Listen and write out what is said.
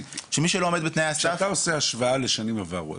שמי שלא עומד בתנאי הסף --- כשאתה עושה השוואה לשנים עברו,